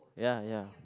ya ya